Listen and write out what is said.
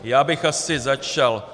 Já bych asi začal...